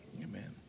Amen